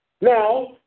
Now